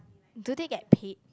do they get paid